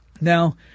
Now